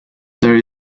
there